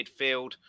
midfield